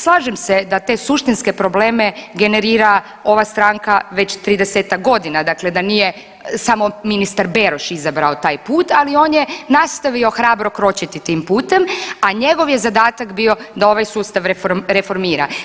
Slažem se da te suštinske probleme generira ova stranka već 30-ak godina, dakle da nije samo ministar Beroš izabrao taj put, ali on je nastavio hrabro kročiti tim putem, a njegov je zadatak bio da ovaj sustav reformira.